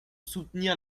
soutenir